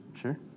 sure